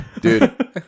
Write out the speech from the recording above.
dude